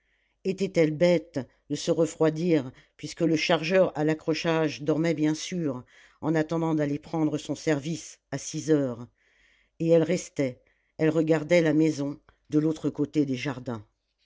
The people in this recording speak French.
était-elle bête de se refroidir puisque le chargeur à l'accrochage dormait bien sûr en attendant d'aller prendre son service à six heures et elle restait elle regardait la maison de l'autre côté des jardins